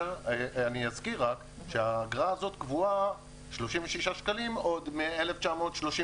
אני אזכיר שהאגרה הזו קבועה עוד מ-1934.